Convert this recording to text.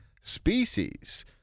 species